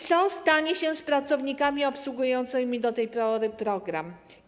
Co stanie się z pracownikami obsługującymi do tej pory program?